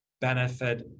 benefit